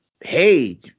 hey